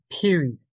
period